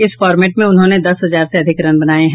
इस फॉर्मेट में उन्होंने दस हजार से अधिक रन बनाये हैं